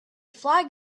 flag